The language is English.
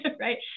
Right